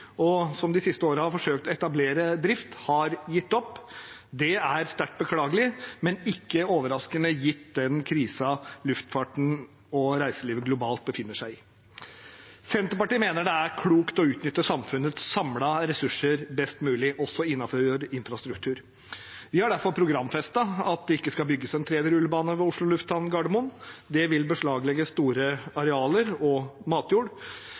og som de siste årene har forsøkt å etablere drift, har gitt opp. Det er sterkt beklagelig, men ikke overraskende, gitt den krisen luftfarten og reiselivet globalt befinner seg i. Senterpartiet mener det er klokt å utnytte samfunnets samlede ressurser best mulig, også innenfor infrastruktur. Vi har derfor programfestet at det ikke skal bygges en tredje rullebane ved Oslo lufthavn Gardermoen. Det vil beslaglegge store arealer og matjord,